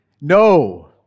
no